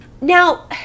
Now